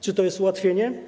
Czy to jest ułatwienie?